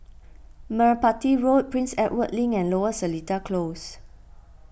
Merpati Road Prince Edward Link and Lower Seletar Close